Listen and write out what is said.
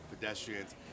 pedestrians